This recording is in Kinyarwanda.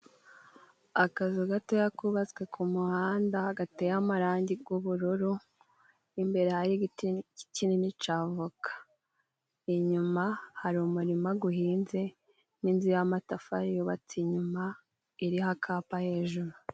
Akazu gatoya kubatswe ku muhanda, gateye amarangi g'ubururu. Imbere hari igiti kinini ca avoka, inyuma hari umurima guhinze, n'nzu y'amatafari yubatse inyuma iriho akapa hejuru.